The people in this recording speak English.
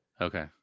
Okay